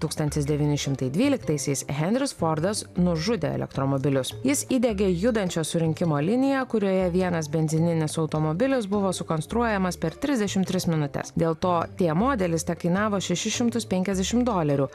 tūkstantis devyni šimtai dvyliktaisiais henris fordas nužudė elektromobilius jis įdiegė judančio surinkimo liniją kurioje vienas benzininis automobilis buvo sukonstruojamas per trisdešim tris minutes dėl to t modelis tekainavo šešis šimtus penkiasdešim dolerių